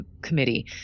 Committee